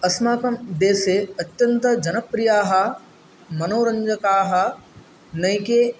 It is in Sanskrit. अस्माकं देसे अत्यन्तजनप्रियाः मनोरञ्जकाः नैके